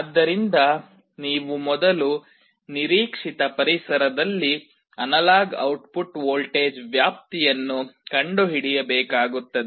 ಆದ್ದರಿಂದ ನೀವು ಮೊದಲು ನಿರೀಕ್ಷಿತ ಪರಿಸರದಲ್ಲಿ ಅನಲಾಗ್ ಔಟ್ಪುಟ್ ವೋಲ್ಟೇಜ್ ವ್ಯಾಪ್ತಿಯನ್ನು ಕಂಡುಹಿಡಿಯಬೇಕಾಗುತ್ತದೆ